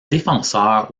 défenseur